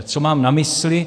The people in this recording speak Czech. Co mám na mysli?